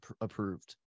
approved